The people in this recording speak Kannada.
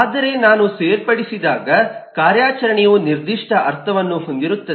ಆದರೆ ನಾನು ಸೇರ್ಪಡಿಸಿದಾಗ ಕಾರ್ಯಾಚರಣೆಯು ನಿರ್ದಿಷ್ಟ ಅರ್ಥವನ್ನು ಹೊಂದಿರುತ್ತದೆ